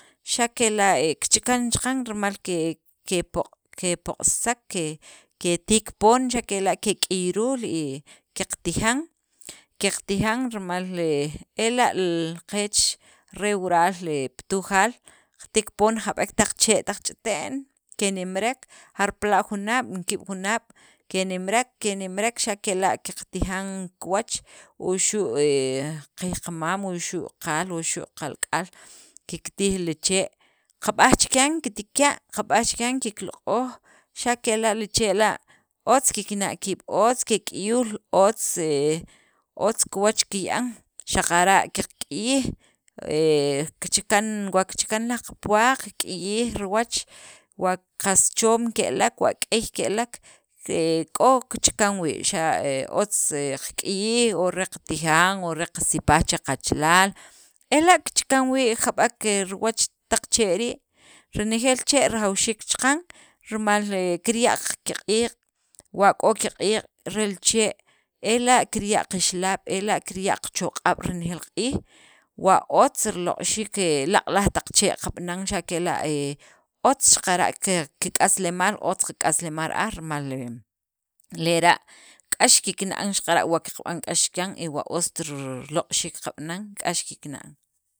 Xa' kela' kichakan chaqan rimal ke ke poq', kepoq'sisek, ke ketik poon xa' kela' kek'iruul y qaqtijan, qaqtijan, rimal ela' qeech re wural he pi Tujaal qatik poon jab'ek taq chee' taq ch'ite'n kenimrek jarpala' junaab' ni ki'ab' junaab' kenimrek kenimrek, xa' kela' qatijan kiwach, wuxu' he kiyqamam, wuxu' qaal, wuxu' qalk'aal kiktij li chee', qab'aj chikyan kiktika', qab'aj chikyan kikloq'oj xa' kela' li chee' la' otz kikna' kiib', otz kek'iyuul, otz he otz kiwach kikya'an, xaqara' qak'iyij he kichakan wa kichakan laj qapuwaq qak'iyij riwach, wa qas choom ke'lek wa k'ey ke'lek, he k'o kichakan wii', xa' otz qak'iyij, o re qatijan, o re qasipaj che qachalaal ela' kichakan wii' jab'ek riwach taq chee' rii', renejeel chee' rajawxiik chaqan rimal he kirya' qakiq'iq', wa k'o kiq'iiq' re li chee' ela' kirya' qixlaab', ela' kirya' qachoq'ab' renejeel q'iij wa otz riloq'xiik he laq'laj taq chee' qab'anan xa' kela' he otz kik'aslemaal, otz qak'aslemaal ra'aj rimal lera' k'ax kikna'an xaqara' wa qab'an k'ax chikyan y wa ost riloq'xiik qab'anan k'ax kikna'an.